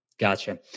Gotcha